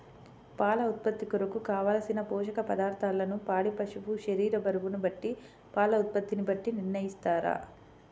పాల ఉత్పత్తి కొరకు, కావలసిన పోషక పదార్ధములను పాడి పశువు శరీర బరువును బట్టి పాల ఉత్పత్తిని బట్టి నిర్ణయిస్తారా?